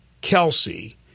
Kelsey